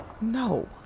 No